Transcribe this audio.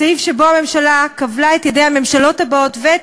סעיף שבו הממשלה כבלה את ידי הממשלות הבאות ואת